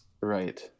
Right